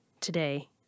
today